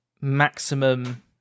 maximum